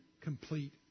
complete